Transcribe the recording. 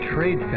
Trade